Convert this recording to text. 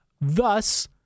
thus